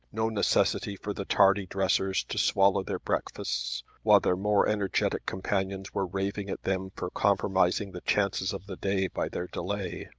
no necessity for the tardy dressers to swallow their breakfasts while their more energetic companions were raving at them for compromising the chances of the day by their delay.